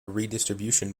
redistribution